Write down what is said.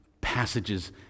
passages